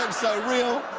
so real!